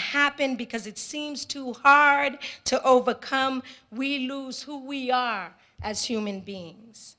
happen because it seems too hard to overcome we lose who we are as human beings